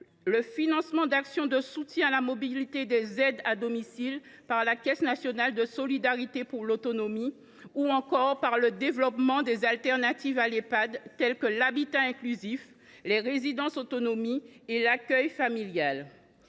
le financement d’actions de soutien à la mobilité des aides à domicile par la Caisse nationale de solidarité pour l’autonomie, ou encore par le développement des alternatives à l’Ehpad, telles que l’habitat inclusif, les résidences autonomie et l’accueil familial.